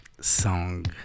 song